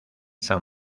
san